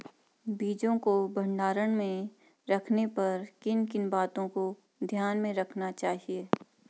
बीजों को भंडारण में रखने पर किन किन बातों को ध्यान में रखना चाहिए?